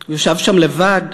הוא ישב שם לבד,